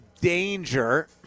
danger